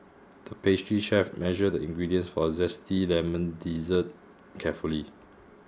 the pastry chef measured the ingredients for a zesty lemon dessert carefully